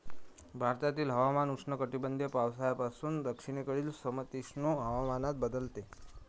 भारतातील हवामान उष्णकटिबंधीय पावसाळ्यापासून दक्षिणेकडील समशीतोष्ण हवामानात बदलते